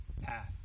path